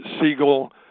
Siegel